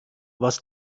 was